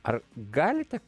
ar galite